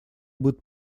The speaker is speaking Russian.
будут